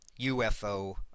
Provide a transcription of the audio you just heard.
ufo